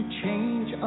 change